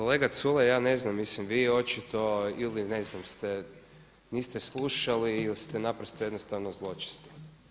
Kolega Culej ja ne znam, mislim vi očito ili niste slušali ili ste naprosto jednostavno zločesti.